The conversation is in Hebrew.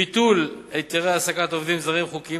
ביטול היתרי העסקת עובדים זרים חוקיים